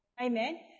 Amen